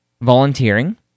volunteering